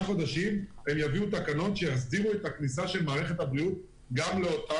חודשים הם יביאו תקנות שיסדירו את הכניסה של מערכת הבריאות לחוק.